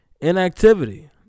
Inactivity